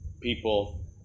people